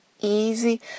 easy